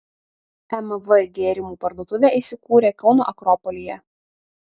mv gėrimų parduotuvė įsikūrė kauno akropolyje